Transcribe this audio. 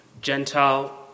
Gentile